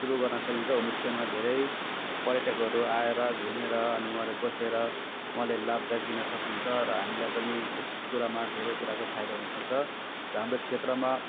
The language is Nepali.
सुरु गर्न सकिन्छ होमस्टेमा धेरै पर्यटकहरू आएर घुमेर अनि उहाँहरू बसेर उहाँहरूले लाभदायक लिन सक्नुहुन्छ र हामीलाई पनि यस कुरामा धेरै कुराको फाइदा हुन सक्छ र हाम्रो क्षेत्रमा